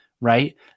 right